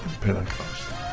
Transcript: Pentecost